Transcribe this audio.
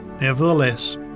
Nevertheless